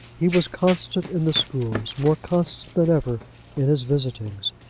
he was constant in the schools more constant than ever in his visitings.